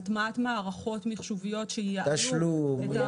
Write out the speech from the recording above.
הטמעת מערכות מחשוביות-- תשלום וכדומה.